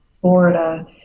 Florida